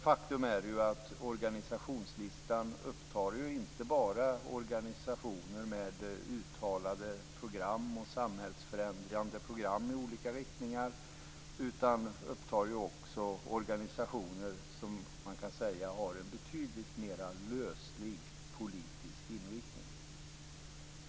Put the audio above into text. Faktum är att organisationslistan upptar inte bara organisationer med uttalade program och samhällsfrämjande program i olika riktningar utan också organisationer som har en betydligt mer löslig politisk inriktning.